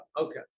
okay